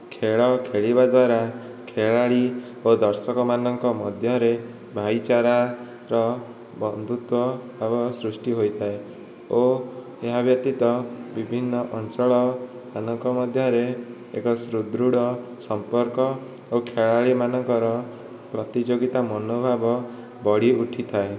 ଖେଳ ଖେଳିବା ଦ୍ୱାରା ଖେଳାଳି ଓ ଦର୍ଶକ ମାନଙ୍କ ମଧ୍ୟରେ ଭାଇଚାରା ର ବନ୍ଧୁତ୍ୱ ଭାବ ସୃଷ୍ଟି ହୋଇଥାଏ ଓ ଏହା ବ୍ୟତୀତ ବିଭିନ୍ନ ଅଞ୍ଚଳ ମାନଙ୍କ ମଧ୍ୟରେ ଏକ ସୁଦୃଢ଼ ସମ୍ପର୍କ ଓ ଖେଳାଳି ମାନଙ୍କର ପ୍ରତିଯୋଗିତା ମନୋଭାବ ବଢ଼ିଉଠିଥାଏ